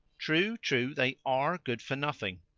true, true they are good for nothing.